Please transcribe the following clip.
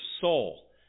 soul